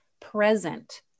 present